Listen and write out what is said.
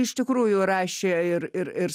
iš tikrųjų rašė ir ir ir